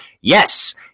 yes